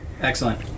Excellent